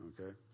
Okay